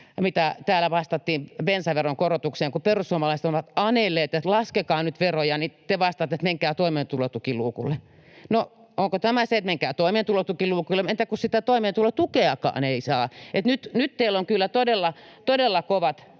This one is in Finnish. mitä täällä vastattiin bensaveron korotuksiin? Kun perussuomalaiset ovat anelleet, että laskekaa nyt veroja, niin te vastaatte, että menkää toimeentulotukiluukulle. No, onko tämä se, että menkää toimeentulotukiluukulle? Entä kun sitä toimeentulotukeakaan ei saa? Nyt teillä on kyllä todella,